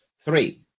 Three